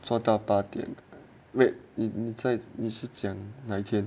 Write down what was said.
到八点 wait it inside 你是 june nineteen